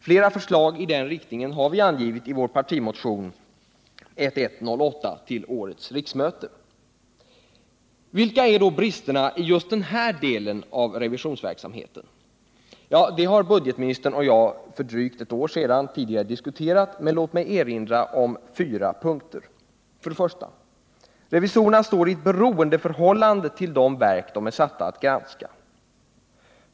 Flera förslag i den riktningen har vi gett i vår partimotion nr 1108 till årets riksmöte. Vilka är då bristerna i just den här delen av den statliga revisionsverksamheten? Den saken diskuterade budgetministern och jag för drygt ett år sedan, men låt mig ändå erinra om fyra punkter: 1. Revisorerna står i ett beroendeförhållande till de verk de är satta att granska.